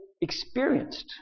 experienced